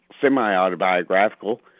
semi-autobiographical